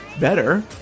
better